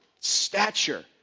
stature